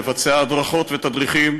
לבצע הדרכות ותדריכים.